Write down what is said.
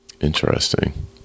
Interesting